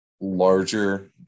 larger